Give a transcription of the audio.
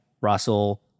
Russell